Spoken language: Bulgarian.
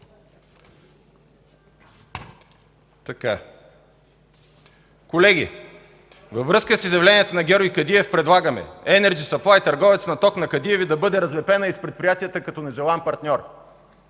„Колеги, във връзка с изявлението на Георги Кадиев предлагаме „Енерджи съплай” – търговец на ток на Кадиеви, да бъде разлепена из предприятията като нежелан партньор.